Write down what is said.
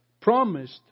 promised